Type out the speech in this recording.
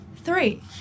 Three